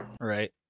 Right